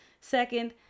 Second